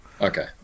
okay